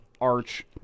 Arch